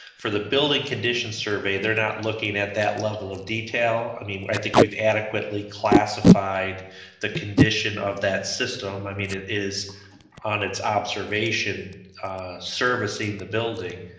for the building condition survey, they're not looking at that level of detail. i mean, i think we've adequately classified the condition of that system. i mean, it is on its observation servicing the building,